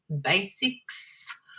basics